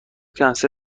کنسل